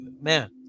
man